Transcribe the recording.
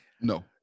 No